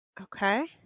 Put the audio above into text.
Okay